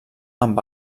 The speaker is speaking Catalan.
amb